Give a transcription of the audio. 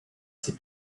ses